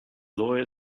lawyer